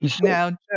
Now